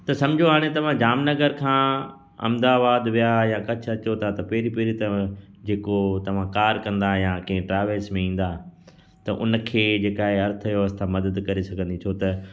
त समुझो हाणे तव्हां जामनगर खां अहमदाबाद विया या कच्छ अचो था त पहिरीं पहिरीं त जे को तव्हां कार कंदा या कंहिं ट्रावेल्स में ईंदा त हुनखे जे का आहे अर्थव्यवस्था मदद करे सघंदी छो त